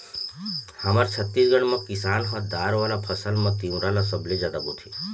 हमर छत्तीसगढ़ म किसान ह दार वाला फसल म तिंवरा ल सबले जादा बोथे